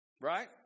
Right